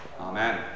Amen